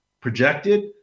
projected